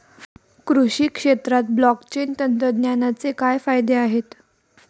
कृषी क्षेत्रात ब्लॉकचेन तंत्रज्ञानाचे काय फायदे आहेत?